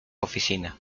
oficina